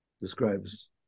describes